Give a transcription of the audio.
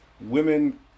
Women